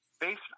Based